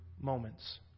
moments